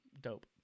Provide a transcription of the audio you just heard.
Dope